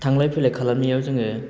थांलाय फैलाय खालामनायाव जोङो